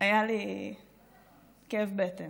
היה לי כאב בטן.